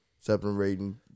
separating